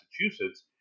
Massachusetts